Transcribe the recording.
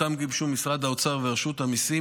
שאותו גיבשו משרד האוצר ורשות המיסים,